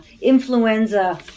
influenza